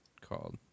called